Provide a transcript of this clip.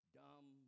dumb